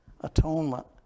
Atonement